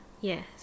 Yes